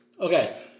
Okay